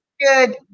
good